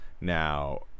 Now